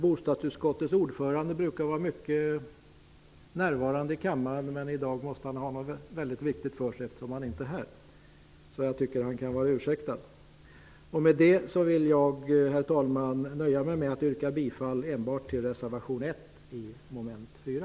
Bostadsutskottets ordförande brukar ofta vara närvarande i kammaren. I dag måste han ha något väldigt viktigt för sig eftersom han inte är här. Därför tycker jag att han kan vara ursäktad. Herr talman! Med detta vill jag nöja mig med att yrka bifall enbart till reservation 1, mom. 4.